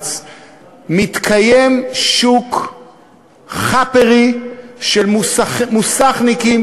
הארץ מתקיים שוק חאפערי של מוסכניקים